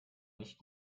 nicht